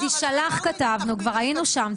"תשלח" כתבנו, כבר היינו שם.